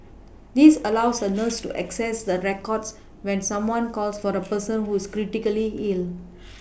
this allows the nurses to access the records when someone calls for the person who is critically ill